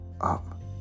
up